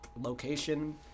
location